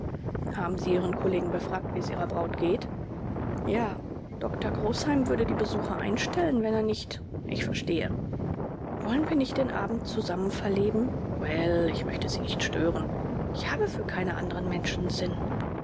haben sie ihren kollegen befragt wie es ihrer braut geht ja doktor großheim würde die besuche einstellen wenn er nicht ich verstehe wollen wir nicht den abend zusammen verleben well ich wollte sie nicht stören ich habe für keine anderen menschen sinn